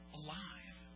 alive